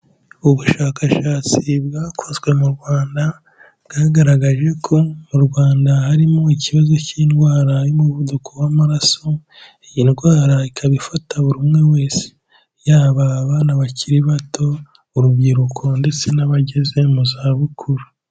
Ubushakashatsi bwakozwe mu Rwanda, bwagaragaje ko mu Rwanda harimo ikibazo cy'indwara y'umuvuduko w'amaraso, iyi ndwara ikaba ifata buri umwe wese, yaba abana bakiri bato, urubyiruko ndetse n'abageze mu zabukuru.